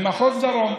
במחוז דרום,